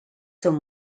son